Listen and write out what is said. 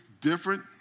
different